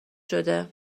شده